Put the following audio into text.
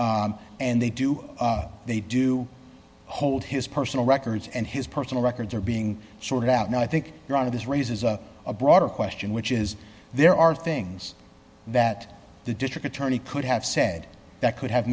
and they do they do hold his personal records and his personal records are being sorted out now i think your honor this raises a broader question which is there are things that the district attorney could have said that could have